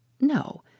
No